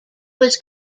was